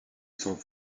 sans